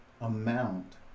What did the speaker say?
amount